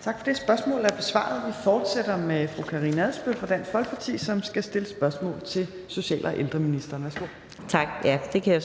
Tak for det. Spørgsmålet er besvaret. Vi fortsætter med fru Karina Adsbøl fra Dansk Folkeparti, som skal stille spørgsmål til social- og ældreministeren. Kl. 15:10 Spm. nr. S 113 3) Til social- og ældreministeren af: